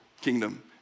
kingdom